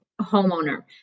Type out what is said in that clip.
homeowner